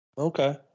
Okay